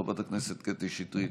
חברת הכנסת קטי שטרית,